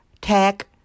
tech